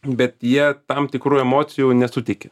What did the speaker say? bet jie tam tikrų emocijų nesuteikia